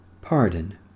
pardon